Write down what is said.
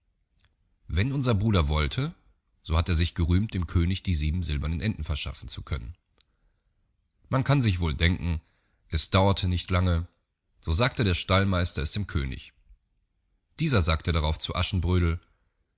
wenn unser bruder wollte so hat er sich gerühmt dem könig die sieben silbernen enten verschaffen zu können man kann sich wohl denken es dauerte nicht lange so sagte der stallmeister es dem könig dieser sagte darauf zu aschenbrödel